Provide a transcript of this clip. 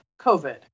COVID